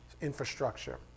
infrastructure